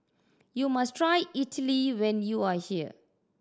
you must try Idili when you are here